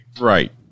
Right